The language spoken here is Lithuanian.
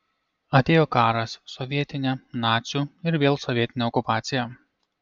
atėjo karas sovietinė nacių ir vėl sovietinė okupacija